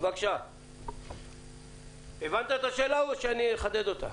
הבנת את השאלה או אני אחדד אותה?